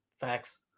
Facts